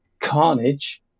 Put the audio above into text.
carnage